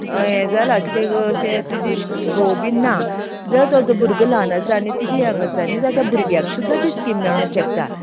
यें जालां कितें अशें तुजी घोव बीन ना जाल्यार तुजो भुरगो ल्हान आसा आनी तुजी यंग आसा न्ही भुरग्याक जाल्यार ती स्किम मेळो शकता